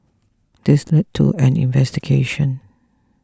this led to an investigation